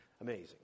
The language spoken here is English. Amazing